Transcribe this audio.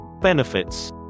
Benefits